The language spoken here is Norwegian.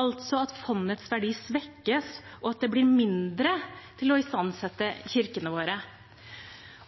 altså at fondets verdi svekkes, og at det blir mindre til å istandsette kirkene våre.